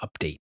update